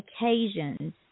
occasions